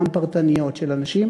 גם פרטניות של אנשים,